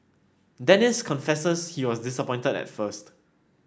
dennis confesses he was disappointed at first